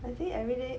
I think everyday